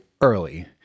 early